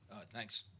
Thanks